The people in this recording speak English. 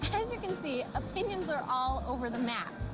as you can see, opinions are all over the map.